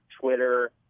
Twitter